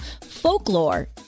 folklore